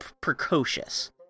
precocious